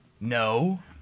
No